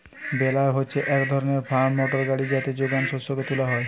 বেলার হচ্ছে এক ধরণের ফার্ম মোটর গাড়ি যাতে যোগান শস্যকে তুলা হয়